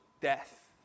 death